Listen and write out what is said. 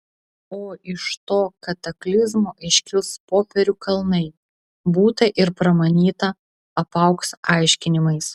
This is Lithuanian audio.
o iš to kataklizmo iškils popierių kalnai būta ir pramanyta apaugs aiškinimais